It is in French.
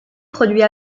produit